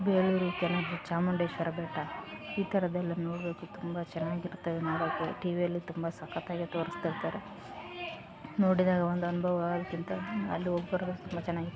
ಬೇಲೂರು ಚಾಮುಂಡೇಶ್ವರಿ ಬೆಟ್ಟ ಈ ಥರದೆಲ್ಲಾ ನೋಡಬೇಕು ತುಂಬ ಚೆನ್ನಾಗಿರ್ತವೆ ನೋಡೋಕೆ ಟಿ ವಿಯಲ್ಲಿ ತುಂಬ ಸಕ್ಕತಾಗೆ ತೋರಿಸ್ತಾಯಿರ್ತಾರೆ ನೋಡಿದಾಗ ಒಂದು ಅನುಭವ ಆಗೋಕಿಂತ ಅಲ್ಲಿ ಹೋಗ್ಬರೊದೆ ತುಂಬ ಚೆನ್ನಾಗ್ ಇರುತ್ತೆ